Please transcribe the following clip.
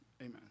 Amen